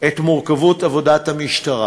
את מורכבות עבודת המשטרה.